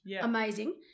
amazing